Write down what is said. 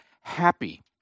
happy